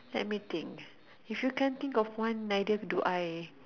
let me think if you can't think of one neither do I